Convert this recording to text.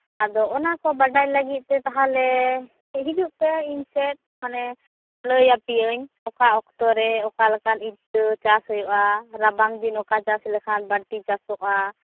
ᱟᱫᱚ ᱚᱱᱟ ᱠᱚ ᱵᱟᱰᱟᱭ ᱞᱟᱜᱤᱫ ᱛᱮ ᱛᱟᱦᱞᱮ ᱦᱤᱡᱩᱜ ᱯᱮ ᱤᱧ ᱴᱷᱮᱱ ᱢᱟᱱᱮ ᱞᱟᱹᱭ ᱟᱯᱮᱭᱟᱹᱧ ᱚᱠᱟ ᱚᱠᱛᱚᱨᱮ ᱚᱠᱟ ᱞᱮᱠᱟᱱ ᱤᱛᱟᱹ ᱪᱟᱥ ᱦᱩᱭᱩᱜᱼᱟ ᱨᱟᱵᱟᱝ ᱫᱤᱱ ᱚᱠᱟ ᱪᱟᱥ ᱞᱮᱠᱷᱟᱱ ᱵᱟᱲᱛᱤ ᱪᱟᱥᱚᱜᱼᱟ